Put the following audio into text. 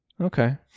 Okay